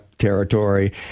territory